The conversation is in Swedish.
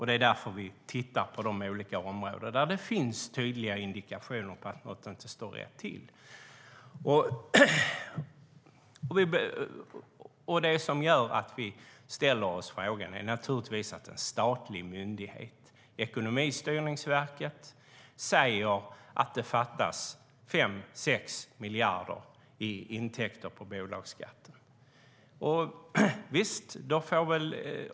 Det är därför vi tittar på de olika områden där det finns tydliga indikationer på att något inte står rätt till. Det som gör att vi ställer oss frågan är naturligtvis att en statlig myndighet, Ekonomistyrningsverket, säger att det fattas 5-6 miljarder i intäkter på bolagsskatten.